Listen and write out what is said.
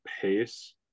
pace